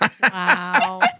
Wow